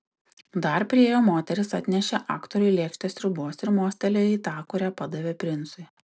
dar priėjo moteris atnešė aktoriui lėkštę sriubos ir mostelėjo į tą kurią padavė princui